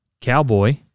Cowboy